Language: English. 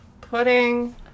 pudding